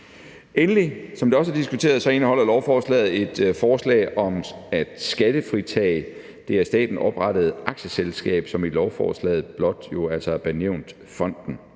Endelig, som det også er diskuteret, indeholder lovforslaget et forslag om at skattefritage det af staten oprettede aktieselskab, som i lovforslaget blot er benævnt Fonden.